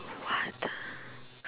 what the